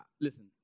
listen